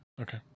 Okay